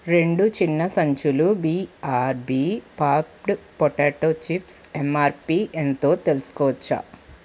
రెండు చిన్న సంచులు BRB popped potato chips MRP ఎంతో తెలుసుకోవచ్చా